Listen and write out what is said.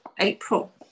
April